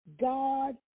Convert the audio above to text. God